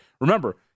Remember